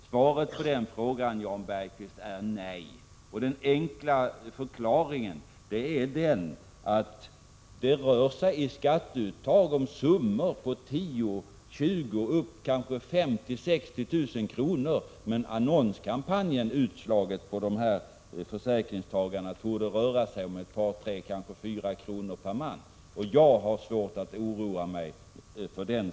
Svaret på den frågan, Jan Bergqvist, är nej. Den enkla förklaringen är att det i skatteuttag rör sig om summor på 10 000, 20 000 och ibland kanske upp till 50 000—60 000 kr., medan kostnaden för annonskampanjen utslagen på försäkringstagarna torde röra sig om ett par, tre eller kanske fyra kronor vardera. Jag har svårt att oroa mig för den saken.